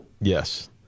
Yes